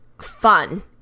fun